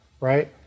right